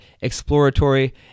exploratory